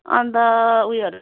अन्त उयोहरू